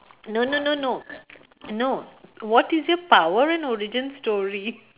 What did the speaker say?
no no no no no what is your power and origin story